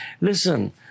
Listen